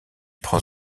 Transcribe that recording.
prend